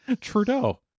Trudeau